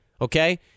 okay